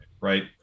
right